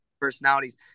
personalities